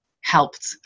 helped